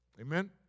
Amen